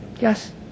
Yes